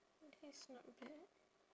that's not bad